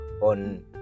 on